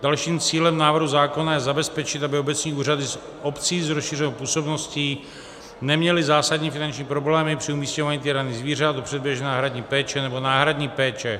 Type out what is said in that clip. Dalším cílem návrhu zákona je zabezpečit, aby obecní úřady obcí s rozšířenou působností neměly zásadní finanční problémy při umisťování týraných zvířat do předběžné náhradní péče nebo náhradní péče.